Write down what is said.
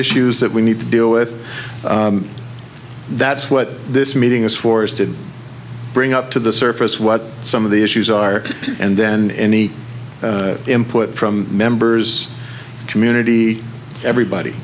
issues that we need to deal with that's what this meeting is for is to bring up to the surface what some of the issues are and then any input from members community everybody